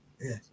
Yes